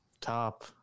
Top